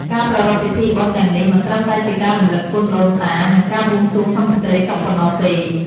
ការប្រារព្ធពិធីបុណ្យទាំងនេះមិនត្រឹមតែជាការរំលឹកគុណដូនតា និងការបួងសួងសុំសេចក្តីសុខប៉ុណ្ណោះទេ។